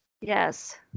Yes